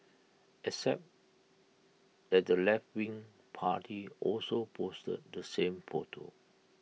except that the leftwing party also posted the same photo